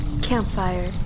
Campfire